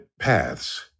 paths